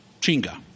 chinga